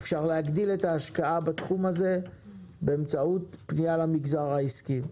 אפשר להגדיל את ההשקעה בתחום הזה באמצעות פנייה למגזר העסקי.